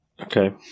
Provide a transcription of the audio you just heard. Okay